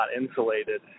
insulated